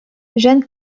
jeanne